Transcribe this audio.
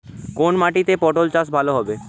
কোন মাটিতে পটল চাষ ভালো হবে?